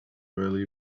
really